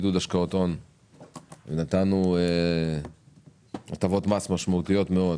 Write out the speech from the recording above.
בחוק עידוד השקעות הון נתנו הטבות מס משמעותיות מאוד,